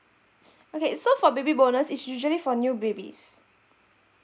okay so for baby bonus is usually for new babies